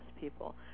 people